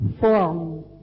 form